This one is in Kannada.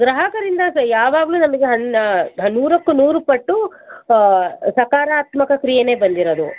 ಗ್ರಾಹಕರಿಂದ ಸಹ ಯಾವಾಗಲೂ ನಮಗೆ ನೂರಕ್ಕೆ ನೂರುಪಟ್ಟು ಸಕಾರಾತ್ಮಕ ಕ್ರಿಯೇನೆ ಬಂದಿರೋದು